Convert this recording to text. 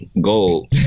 Gold